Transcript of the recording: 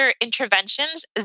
interventions